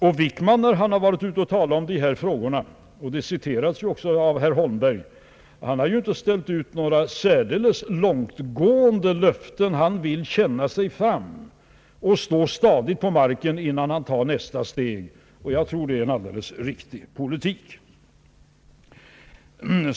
När = statsrådet Wickman varit ute och talat i dessa frågor — hans uttalande citeras ju också av herr Holmberg — har han inte gett några särdeles långtgående löften. Han vill känna sig för och stå stadigt på marken innan han tar nästa steg, och jag tror det är en alldeles riktig politik.